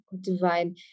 divine